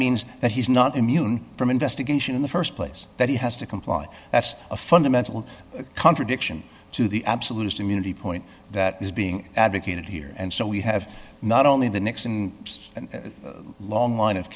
means that he's not immune from investigation in the st place that he has to comply that's a fundamental contradiction to the absolute immunity point that is being advocated here and so we have not only the next in a long line of